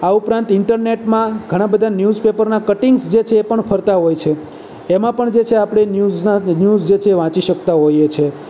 આ ઉપરાંત ઇન્ટરનેટમાં ઘણાં બધા ન્યૂઝપેપરનાં કટીંગસ જે છે એ ફરતાં હોય છે એમાં પણ જે છે એ આપણા ન્યૂઝનાં ન્યૂઝ જે છે એ વાંચી શકતા હોઇએ છીએ